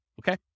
okay